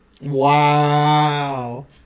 Wow